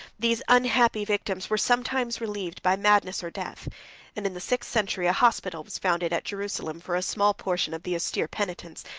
these unhappy victims were sometimes relieved by madness or death and, in the sixth century, a hospital was founded at jerusalem for a small portion of the austere penitents,